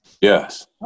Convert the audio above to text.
Yes